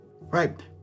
right